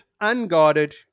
Unguarded